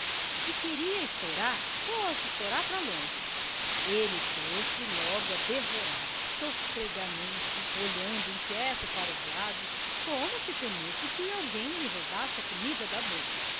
se queria estourar fosse estourar para longe ele pôs-se logo a devorar sofregamente olhando inquieto para os lados como se temesse que alguém lhe roubasse a comida da boca